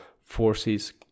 forces